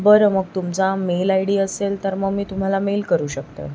बरं मग तुमचा मेल आय डी असेल तर मग मी तुम्हाला मेल करू शकते